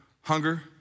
hunger